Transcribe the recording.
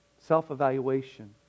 self-evaluation